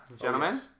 gentlemen